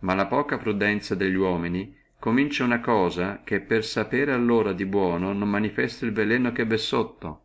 ma la poca prudenzia delli uomini comincia una cosa che per sapere allora di buono non si accorge del veleno che vi è sotto